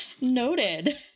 Noted